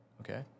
Okay